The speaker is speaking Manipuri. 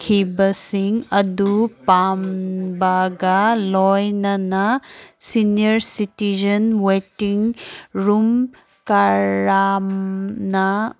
ꯈꯤꯕꯁꯤꯡ ꯑꯗꯨ ꯄꯥꯝꯕꯒ ꯂꯣꯏꯅꯅ ꯁꯤꯅꯤꯌꯔ ꯁꯤꯇꯤꯖꯟ ꯋꯦꯇꯤꯡ ꯔꯨꯝ ꯀꯔꯝꯅ